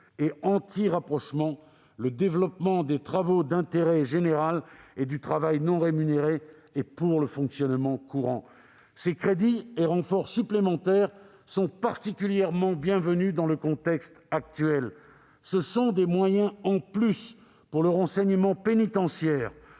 et anti-rapprochement, le développement des travaux d'intérêt général et du travail non rémunéré, et pour le fonctionnement courant. Ces crédits et renforts supplémentaires sont particulièrement bienvenus dans le contexte actuel. Ce sont des moyens en plus pour le renseignement pénitentiaire,